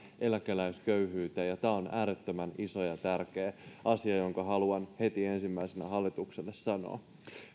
eläkeläisköyhyyteen ja tämä on äärettömän iso ja tärkeä asia jonka haluan heti ensimmäisenä hallitukselle sanoa